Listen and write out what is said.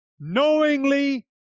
knowingly